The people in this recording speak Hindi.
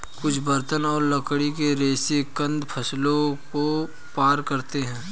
कुछ बर्तन और लकड़ी के रेशे कंद फसलों को पार करते है